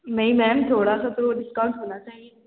نہیں میم تھوڑا سا تو ڈسکاؤنٹ ہونا چاہیے